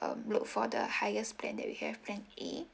um look for the highest plan that we have plan A